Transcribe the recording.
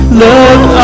love